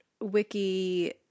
wiki